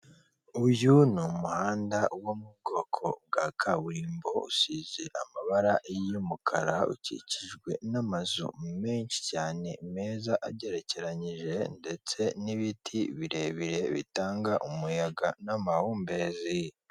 Uyu ni umuhanda wo mu bwoko bwa kaburimbo usize amabara y'umukara ukikijwe n'amazu menshi cyane meza agerekeranyije ndetse n'ibiti birebire bitanga umuyaga n'amahumbezi.